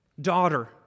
daughter